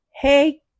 hey